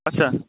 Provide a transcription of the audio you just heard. আচ্ছা